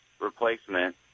replacement